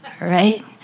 right